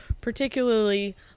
particularly